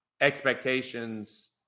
expectations